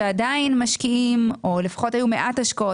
שעדיין משקיעים או לפחות היו מעט השקעות,